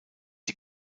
die